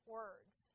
words